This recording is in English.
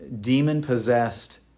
demon-possessed